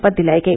पथ दिलाई गई